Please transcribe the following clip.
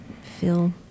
feel